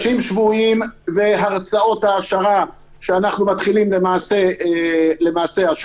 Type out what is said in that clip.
והרצאות העשרה שאנחנו מתחילים השבוע.